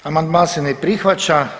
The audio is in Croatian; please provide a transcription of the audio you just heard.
Amandman se ne prihvaća.